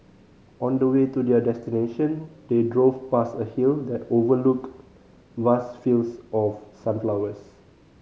on the way to their destination they drove past a hill that overlooked vast fields of sunflowers